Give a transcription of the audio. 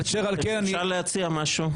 אפשר להציע משהו?